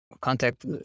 contact